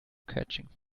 catching